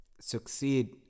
succeed